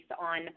on